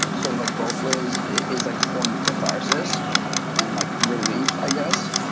sort of like both ways. it is like a form of catharsis and like relief, i guess.